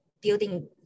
building